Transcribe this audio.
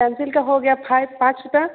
pencil का हो गया फाइव पाँच रुपया